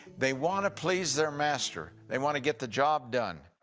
they wanna please their master, they wanna get the job done.